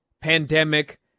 pandemic